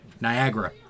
Niagara